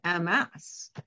MS